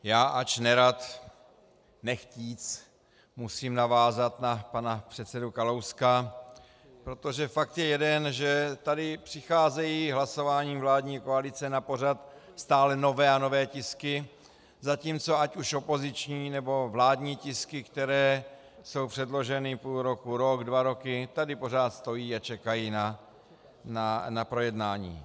Já, ač nerad, nechtě, musím navázat na pana předsedu Kalouska, protože fakt je jeden, že tady přicházejí hlasováním vládní koalice na pořad stále nové a nové tisky, zatímco ať už opoziční, nebo vládní tisky, které jsou předloženy půl roku, rok, dva roky tady pořád stojí a čekají na projednání.